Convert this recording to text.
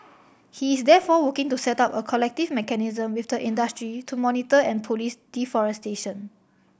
he is therefore working to set up a collective mechanism with the industry to monitor and police deforestation